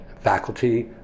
faculty